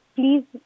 please